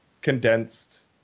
condensed